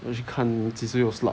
我要去看几时有 slot